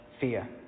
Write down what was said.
fear